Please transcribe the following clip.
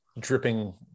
Dripping